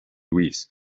luis